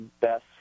best